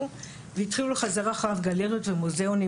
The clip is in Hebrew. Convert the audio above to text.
והתחילו לחזר אחריו גלריות ומוזיאונים,